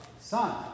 Son